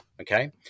okay